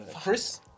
Chris